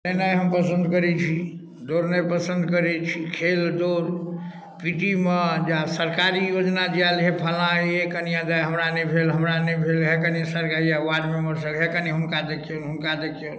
खेलनाइ हम पसन्द करै छी दौड़नाइ पसन्द करै छी खेल दौड़ पी टी मे जेना सरकारी योजना जे आयल हे फलाॅं हे कनी हमरा नहि भेल हमरा नहि भेल हे कनी सर हमरा वार्ड मेंबर सऽ हे कनी हुनका देखियौ हुनका देखियौ